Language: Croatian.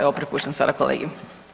Evo prepuštam sada kolegi.